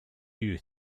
you